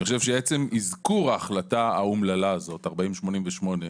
שעצם אזכור ההחלטה האומללה הזאת, 4088,